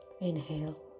Inhale